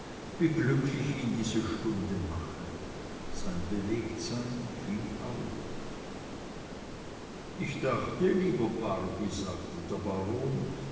wie glücklich ihn diese stunde mache sein bewegtsein fiel auf ich dachte lieber barby sagte der baron